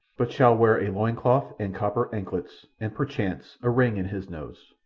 but shall wear a loin-cloth and copper anklets, and, perchance, a ring in his nose,